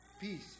peace